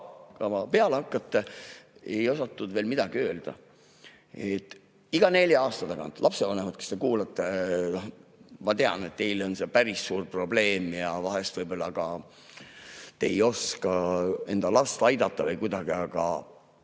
peale hakkate. Ei osatud midagi öelda. Iga nelja aasta tagant. Lapsevanemad, kes te kuulate, ma tean, et teile on see päris suur probleem ja vahest te ei oska enda last kuidagi aidata, aga